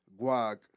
guac